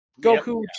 Goku